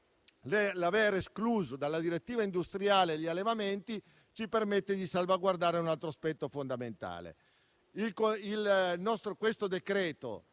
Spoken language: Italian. l'aver escluso dalla direttiva industriale gli allevamenti ci permette di salvaguardare un altro aspetto fondamentale. Questo decreto